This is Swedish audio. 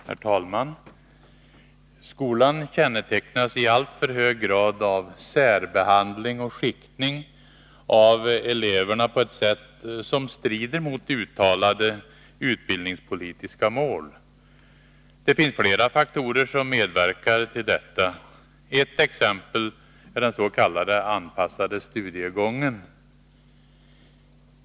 Herr talman! Skolan kännetecknas i alltför hög grad av särbehandling och skiktning av eleverna på ett sätt som strider mot uttalade utbildningspolitiska mål. Det finns flera faktorer som medverkar till detta. Ett exempel är den s.k. anpassade studiegången.